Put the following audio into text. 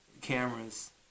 cameras